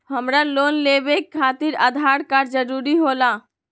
हमरा लोन लेवे खातिर आधार कार्ड जरूरी होला?